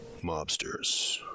mobsters